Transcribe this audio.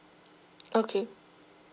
okay